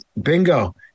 Bingo